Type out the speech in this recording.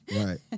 Right